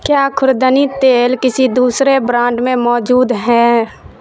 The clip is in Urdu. کیا خوردنی تیل کسی دوسرے برانڈ میں موجود ہے